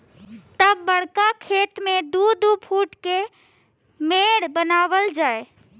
तब बड़का खेत मे दू दू फूट के मेड़ बनावल जाए